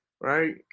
right